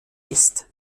ist